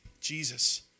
Jesus